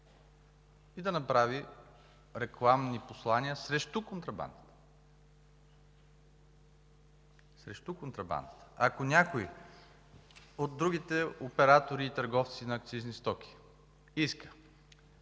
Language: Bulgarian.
и да направи рекламни послания срещу контрабандата. Срещу контрабандата! Ако някой от другите оператори и търговци на акцизни стоки иска